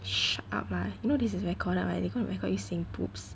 shut up lah you know this is recorded right they're gonna record you saying boobs